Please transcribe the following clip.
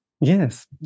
yes